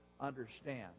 understand